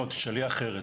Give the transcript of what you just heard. לא, תשאלי אחרת.